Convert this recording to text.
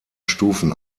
stufen